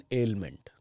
ailment